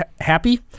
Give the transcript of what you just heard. happy